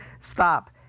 stop